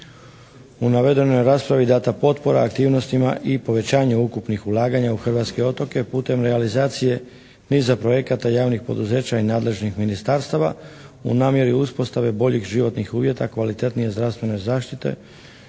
U navedenoj raspravi je dana potpora aktivnostima i povećanju ukupnih ulaganja u hrvatske otoke putem realizacije niza projekata javnih poduzeća i nadležnih ministarstava u namjeri uspostave boljih životnih uvjeta, kvalitetnije zdravstvene zaštite,